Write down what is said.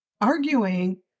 arguing